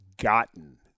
gotten